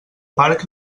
parc